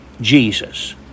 Jesus